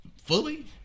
Fully